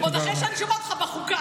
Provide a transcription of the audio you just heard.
עוד אחרי שאני שומעת אותך בחוקה.